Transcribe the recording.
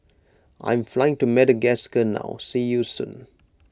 I am flying to Madagascar now see you soon